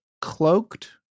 cloaked